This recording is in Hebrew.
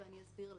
אני גם אסביר למה.